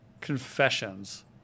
confessions